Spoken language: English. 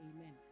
amen